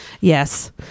Yes